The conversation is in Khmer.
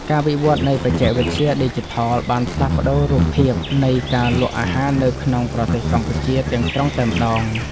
ការវិវត្តនៃបច្ចេកវិទ្យាឌីជីថលបានផ្លាស់ប្តូររូបភាពនៃការលក់អាហារនៅក្នុងប្រទេសកម្ពុជាទាំងស្រុងតែម្តង។